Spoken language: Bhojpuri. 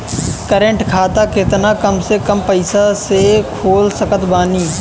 करेंट खाता केतना कम से कम पईसा से खोल सकत बानी?